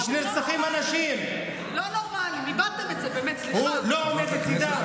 אבל כשנרצחים אנשים הוא לא עומד לצידם,